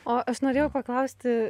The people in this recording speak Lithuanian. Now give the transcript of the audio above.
o aš norėjau paklausti